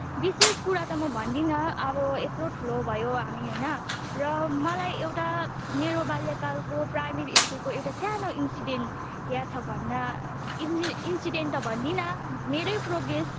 विशेष कुरा त म भन्दिनँ अब यत्रो ठुलो भयो हामी होइन र मलाई एउटा मेरो बाल्यकालको प्राइमेरी स्कुलको एउटा सानो इन्सिडेन्ट याद छ घटना इन्सी इन्सिडेन्ट त भन्दिनँ मेरै प्रोग्रेस